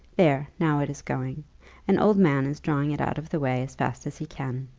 there, now it is going an old man is drawing it out of the way as fast as he can.